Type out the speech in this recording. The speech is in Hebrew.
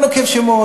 אני לא נוקב בשמות,